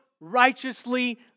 Righteously